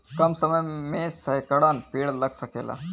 कम समय मे सैकड़न पेड़ लग सकेला